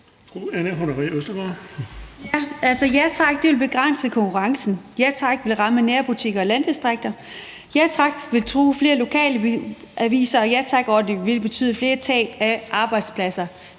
Ja Tak vil begrænse konkurrencen. Ja Tak vil ramme nærbutikker og landdistrikter. Ja Tak vil true flere lokale aviser. Ja Tak-ordningen vil betyde tab af flere arbejdspladser.